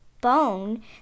bone